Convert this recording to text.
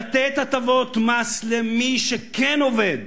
לתת הטבות מס למי שכן עובד.